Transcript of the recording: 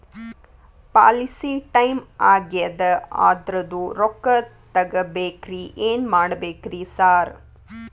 Policy time ಆಗ್ಯಾದ ಅದ್ರದು ರೊಕ್ಕ ತಗಬೇಕ್ರಿ ಏನ್ ಮಾಡ್ಬೇಕ್ ರಿ ಸಾರ್?